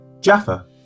Jaffa